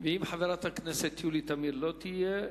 אם חברת הכנסת יולי תמיר לא תהיה,